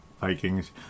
Vikings